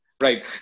Right